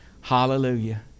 hallelujah